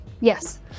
Yes